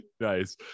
Nice